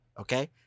okay